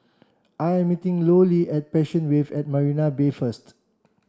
I am meeting Lollie at Passion Wave at Marina Bay first